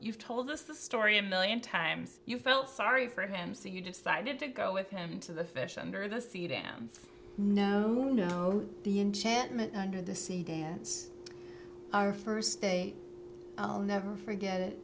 you've told us the story a million times you felt sorry for him so you decided to go with him to the fish under the sea dam no no no the enchantment under the sea dance our first day i'll never forget it